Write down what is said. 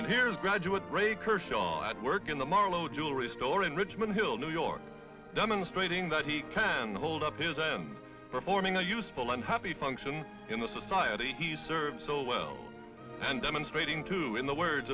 and here's graduate breaker sean at work in the marlow jewelry store in richmond hill new york demonstrating that he can hold up his end performing a useful and happy function in the society he's served so well and demonstrating to in the words